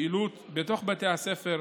ופעילות בתוך בתי הספר,